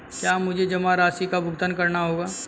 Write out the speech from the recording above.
क्या मुझे जमा राशि का भुगतान करना होगा?